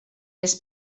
les